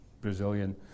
Brazilian